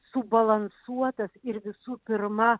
subalansuotas ir visų pirma